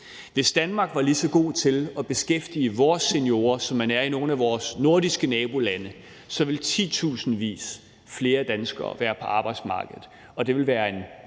vi i Danmark var lige så god til at beskæftige vores seniorer, som man er i nogle af vores nordiske nabolande, så ville titusindvis flere danskere være på arbejdsmarkedet,